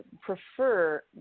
prefer